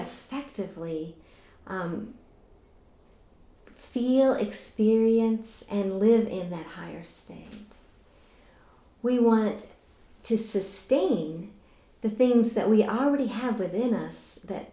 effectively feel experience and live in that higher state we want to sustain the things that we are already have within us that